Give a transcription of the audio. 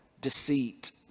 deceit